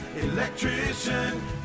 Electrician